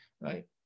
right